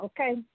Okay